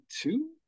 two